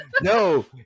No